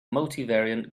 multivariate